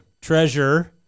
Treasure